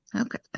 okay